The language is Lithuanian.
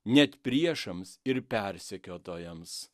net priešams ir persekiotojams